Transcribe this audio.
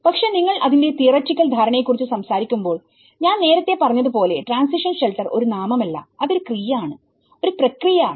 പക്ഷേ നിങ്ങൾ അതിന്റെ തിയററ്റിക്കൽ ധാരണയെ കുറിച്ച് സംസാരിക്കുമ്പോൾ ഞാൻ നേരത്തെ പറഞ്ഞതുപോലെ ട്രാൻസിഷൻ ഷെൽട്ടർ ഒരു നാമം അല്ല അത് ഒരു ക്രിയ ആണ് ഒരു പ്രക്രിയ ആണ്